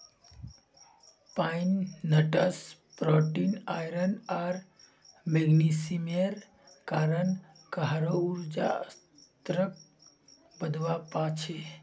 pine nuts protein, iron आर मैग्नीशियमेर कारण काहरो ऊर्जा स्तरक बढ़वा पा छे